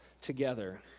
together